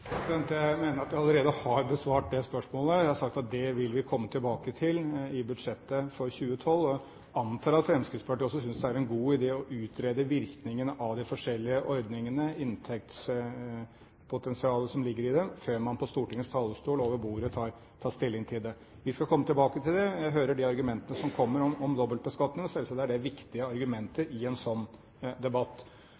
Jeg mener at jeg allerede har besvart det spørsmålet. Jeg har sagt at det vil vi komme tilbake til i budsjettet for 2012. Jeg antar at Fremskrittspartiet også synes det er en god idé å utrede virkningene av de forskjellige ordningene og inntektspotensialet som ligger i dem, før man på Stortingets talerstol over bordet tar stilling til det. Vi skal komme tilbake til det. Jeg hører de argumentene som kommer om dobbeltbeskatning. Selvsagt er det viktige argumenter